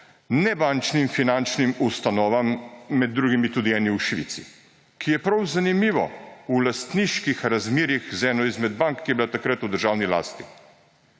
nebančnim finančnim ustanovam, med drugim tudi enim v Švici, ki je prav zanimivo v lastniških razmerjih z eno izmed bank, ki je bila takrat v državni lasti.